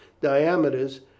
diameters